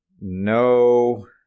no